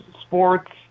sports